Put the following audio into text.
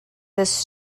this